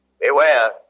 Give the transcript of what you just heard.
Beware